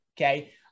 okay